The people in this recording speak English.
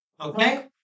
Okay